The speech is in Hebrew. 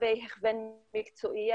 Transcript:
לגבי הכוון מקצועי,